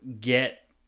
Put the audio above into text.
get